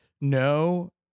no